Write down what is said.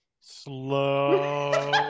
Slow